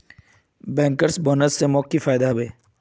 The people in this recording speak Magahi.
बैंकर्स बोनस स मोक की फयदा हबे